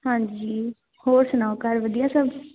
ਹਾਂਜੀ ਹੋਰ ਸੁਣਾਓ ਘਰ ਵਧੀਆ ਸਭ